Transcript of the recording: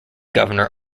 governor